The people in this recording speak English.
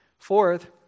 Fourth